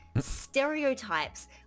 stereotypes